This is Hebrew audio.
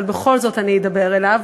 אבל בכל זאת אני אדבר אליו,